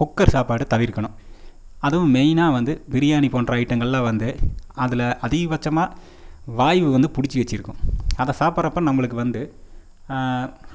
cooker சாப்பாடு தவிர்க்கணும் அதுவும் மெயினாக வந்து பிரியாணி போன்ற ஐட்டங்களில் வந்து அதில் அதிகபட்சமாக வாய்வு வந்து பிடிச்சி வைச்சிருக்கும் அதை சாப்பிட்றப்ப நம்மளுக்கு வந்து